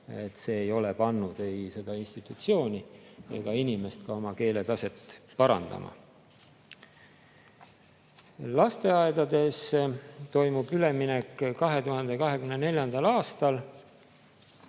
see ei ole pannud ei seda institutsiooni ega inimest oma keeletaset parandama. Lasteaedades toimub üleminek 2024. aastal.